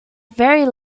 very